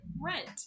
Rent